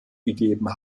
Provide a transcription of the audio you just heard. gegeben